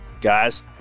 guys